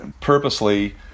purposely